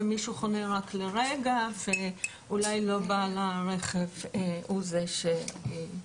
שמישהו חונה רק לרגע ואולי לא בעל התו הוא זה שחנה.